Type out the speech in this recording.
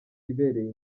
wibereye